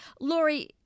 Lori